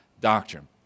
doctrine